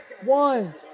one